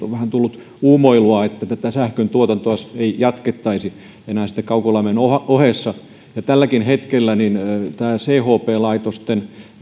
on vähän tullut uumoilua että sähköntuotantoa ei jatkettaisi enää kaukolämmön ohessa tälläkin hetkellä chp laitosten